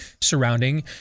surrounding